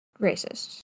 racist